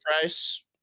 Price